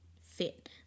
fit